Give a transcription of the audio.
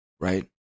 right